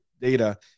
data